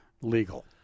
legal